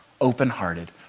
open-hearted